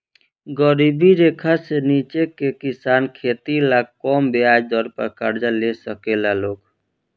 गरीबी रेखा से नीचे के किसान खेती ला कम ब्याज दर पर कर्जा ले साकेला लोग